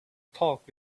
talk